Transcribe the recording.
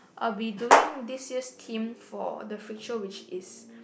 I will be doing this year theme for the freed show which is